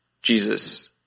Jesus